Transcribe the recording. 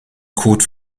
code